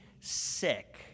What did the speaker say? sick